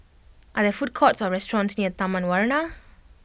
are there food courts or restaurants near Taman Warna